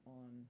on